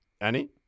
Annie